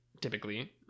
Typically